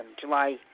July –